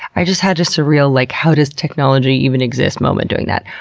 i just had a surreal like how does technology even exist moment doing that.